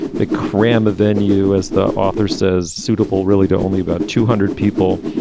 the kram. then you, as the author says, suitable really to only about two hundred people.